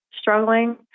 struggling